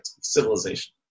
civilization